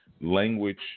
language